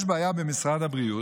יש בעיה במשרד הבריאות,